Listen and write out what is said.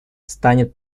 станет